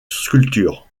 sculpture